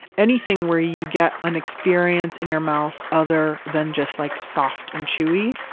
anything where you get an experience in your mouth other than just like soft and chewy,